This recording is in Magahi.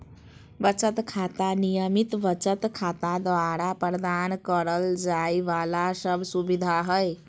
बचत खाता, नियमित बचत खाता द्वारा प्रदान करल जाइ वाला सब सुविधा हइ